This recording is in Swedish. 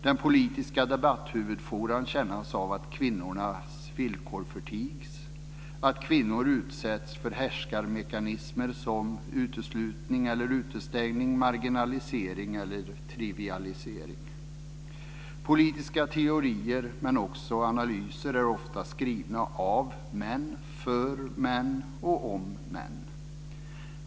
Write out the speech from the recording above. Den politiska debatthuvudfåran kännetecknas av att kvinnornas villkor förtigs, att kvinnor utsätts för härskarmekanismer som uteslutning, utestängning, marginalisering eller trivialisering. Politiska teorier men också analyser är ofta skrivna av män, för män och om män.